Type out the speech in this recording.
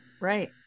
right